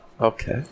Okay